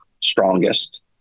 strongest